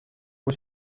was